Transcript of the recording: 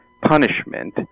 punishment